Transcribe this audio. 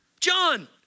John